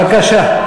בבקשה.